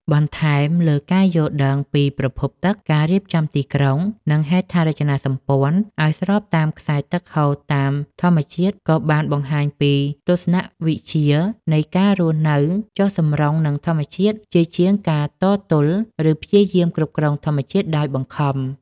បន្ថែមលើការយល់ដឹងពីប្រភពទឹក ការរៀបចំទីក្រុង និងហេដ្ឋារចនាសម្ព័ន្ធឱ្យស្របតាមខ្សែទឹកហូរតាមធម្មជាតិ ក៏បានបង្ហាញពីទស្សនវិជ្ជានៃ ការរស់នៅចុះសម្រុងនឹងធម្មជាតិ ជាជាងការតទល់ ឬព្យាយាមគ្រប់គ្រងធម្មជាតិដោយបង្ខំ។